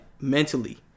mentally